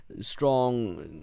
strong